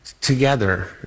Together